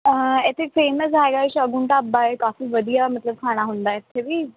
ਹਾਂ ਇੱਥੇ ਫੇਮਸ ਹੈਗਾ ਸ਼ਗੁਨ ਢਾਬਾ ਹੈ ਕਾਫੀ ਵਧੀਆ ਮਤਲਬ ਖਾਣਾ ਹੁੰਦਾ ਇੱਥੇ ਵੀ